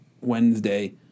Wednesday